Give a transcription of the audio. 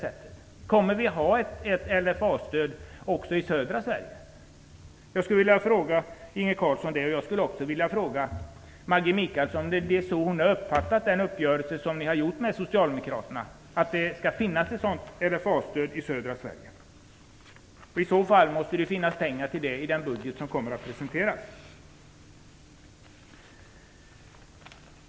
Kommer vi att ha ett LFA Jag vill också fråga Maggi Mikaelsson om det är så hon uppfattat den uppgörelse som har träffats med Om det skall finnas ett LFA-stöd i södra Sverige måste det finnas pengar till det i den budget som kommer att presenteras.